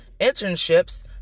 internships